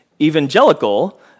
evangelical